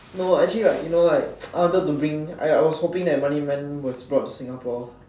no actually like you know like I wanted to bring I was hoping that running man was brought to Singapore